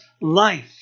life